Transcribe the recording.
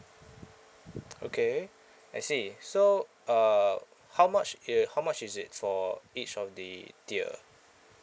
okay I see so uh how much uh how much is it for each of the tier